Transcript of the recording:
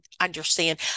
understand